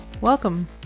welcome